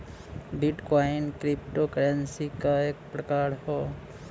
bit coin cryptocurrency क एक प्रकार हौ